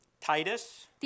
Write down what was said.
Titus